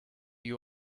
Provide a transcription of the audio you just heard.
you